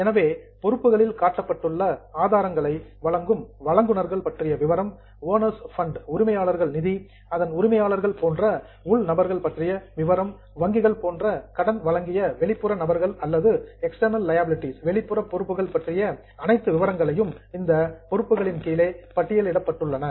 எனவே பொறுப்புகளில் காட்டப்பட்டுள்ள ஆதாரங்களை வழங்கும் வழங்குனர்கள் பற்றிய விவரம் ஓனர்ஸ் ஃபண்ட் உரிமையாளர்கள் நிதி அதன் உரிமையாளர்கள் போன்ற உள் நபர்கள் பற்றிய விவரம் வங்கிகள் போன்ற கடன் வழங்கிய வெளிப்புற நபர்கள் அல்லது எக்ஸ்ட்டர்ணல் லியாபிலிடீஸ் வெளிப்புற பொறுப்புகள் பற்றிய அனைத்து விவரங்களும் இந்த லியாபிலிடீஸ் பொறுப்புகளின் கீழே பட்டியலிடப்பட்டுள்ளன